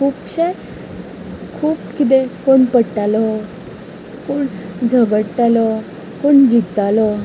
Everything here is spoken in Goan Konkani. खुबशे खूब कितें कोण पडटालो कोण झगडटालो कोण जिखतालो